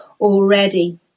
already